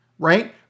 right